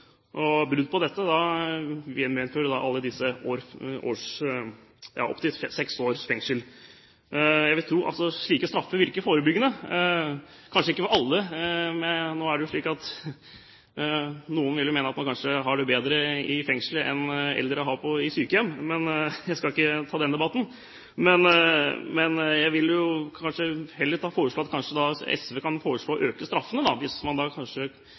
Brudd på dette medfører opp til seks års fengsel. Jeg vil tro at slike straffer virker forebyggende – kanskje ikke for alle. Det er jo slik at noen vil mene at man kanskje har det bedre i fengsel enn eldre har det på sykehjem, men jeg skal ikke ta den debatten. Jeg vil heller foreslå at SV kan foreslå å øke straffene, hvis de er så redde for at det skal bli mulig å drive med økonomisk kriminalitet – med forenklingstiltak. Så det å gjøre noe slikt når man